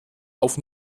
auf